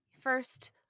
First